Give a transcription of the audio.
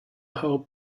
how